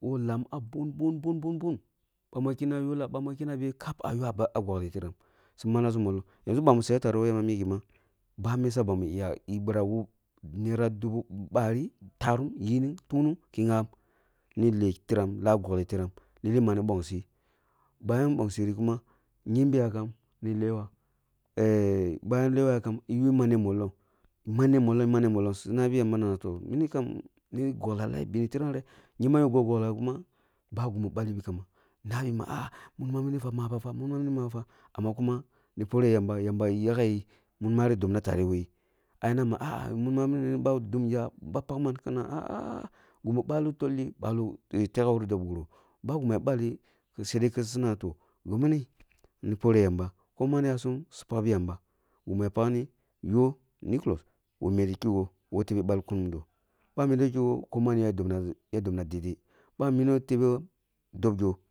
wooh lam ah bun bun bun bun bun bah ma kyena yola bah ma kyena beh ah ywa kap ah gokleh tiram su manamsu mollong. Yanʒu bami su yah tareh, woh ma ni emma. Ba misa bami biraba woh naira dubu bari, tarum, yiming, tungnung ki gyabam ni leh tiram lah gokleh tiram lili mani gbonsi bayan gbongsi kuma kyembi yakem lili ni lewa, bayan lewa yakam yi yuh manneh mollong manneh mollong mamah mollong su nabiya ma nana toh mini kam ni goklah lah bene tiram reh? Kyembam ya pak goklah kuma, ba gimi ɓalhi kamba nabi ma ah ah munma mini fa mabafe munma mini mabafa amma kuma ni poreh yamba yaghe yi munmari boban tare wph yi ai aya ne ma mun mini na ba dnmjah ba pak man kinan ah ah ah kin nama gimi bahoh tolli teghewuro dob huroh ba gimi suya ɓalli saide kusu nama toh, gimmini ni poreh yamba, ko man yasum su pakbi yamba gimi suya pakni yoh nicholos wa meti kigho woh tebe gɓalkun mudo, ba medo kigho ko man ya pakna daidai ba mina tebe dobjoh.